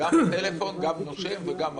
גם בטלפון, גם נושם וגם מקשיב.